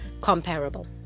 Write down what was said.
comparable